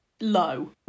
Low